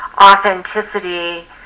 authenticity